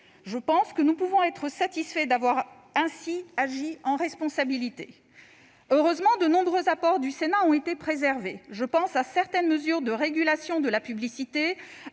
Je pense que nous pouvons être satisfaits d'avoir ainsi agi en responsabilité. Heureusement, de nombreux apports du Sénat ont été préservés. Je pense à certaines mesures de régulation de la publicité,